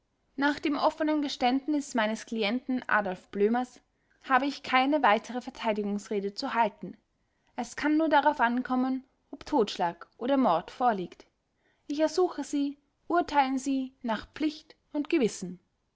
nach dem offenen geständnis meines klienten adolf blömers habe ich keine weitere verteidigungsrede zu halten es kann nur darauf ankommen ob totschlag oder mord vorliegt ich ersuche sie urteilen sie nach pflicht und gewissen